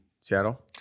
Seattle